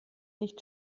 nicht